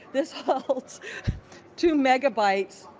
this holds two megabytes.